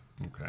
Okay